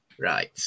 Right